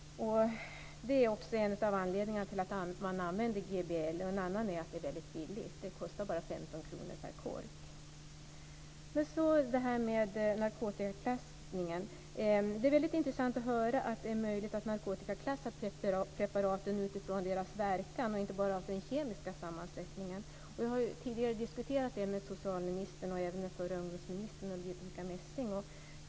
Det är en av anledningarna till att man använder GBL. En annan är att det är billigt. Det kostar bara 15 kr per kork. Så till detta med narkotikaklassning. Det är intressant att höra att det är möjligt att narkotikaklassa preparaten utifrån deras verkan och inte bara utifrån den kemiska sammansättningen. Jag har tidigare diskuterat det med socialministern och även den förra ungdomsministern Ulrica Messing.